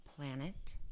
planet